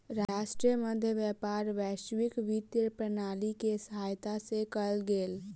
राष्ट्रक मध्य व्यापार वैश्विक वित्तीय प्रणाली के सहायता से कयल गेल